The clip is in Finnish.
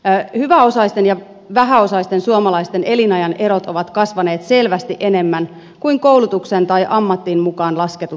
hyväosaisten ja vähäosaisten suomalaisten elinajan erot ovat kasvaneet selvästi enemmän kuin koulutuksen tai ammatin mukaan lasketut erot